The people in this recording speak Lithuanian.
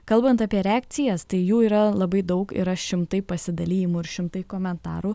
kalbant apie reakcijas tai jų yra labai daug yra šimtai pasidalijimų ir šimtai komentarų